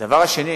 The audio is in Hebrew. דבר שני,